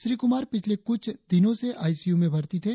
श्री कुमार पिछले कुछ दिनों से आई सी यू में भर्ती थे